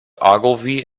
ogilvy